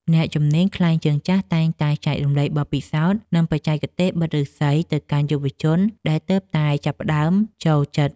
អ្នកជំនាញខ្លែងជើងចាស់តែងតែចែករំលែកបទពិសោធន៍ និងបច្ចេកទេសបិតឫស្សីទៅកាន់យុវជនដែលទើបតែចាប់ផ្ដើមចូលចិត្ត។